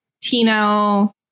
Tino